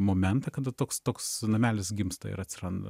momentą kada toks toks namelis gimsta ir atsiranda